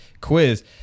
quiz